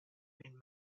been